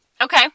Okay